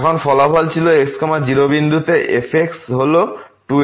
এখন ফলাফল ছিল x 0 বিন্দুতে fx হল 2x